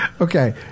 Okay